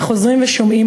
וחוזרים ושומעים,